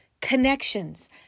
connections